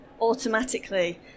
automatically